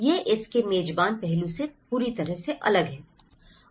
यह इसके मेजबान पहलू से पूरी तरह से अलग है